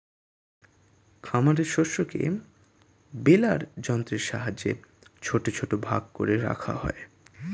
খামারের শস্যকে বেলার যন্ত্রের সাহায্যে ছোট ছোট ভাগ করে রাখা হয়